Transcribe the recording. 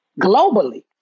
globally